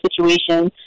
situation